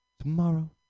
Tomorrow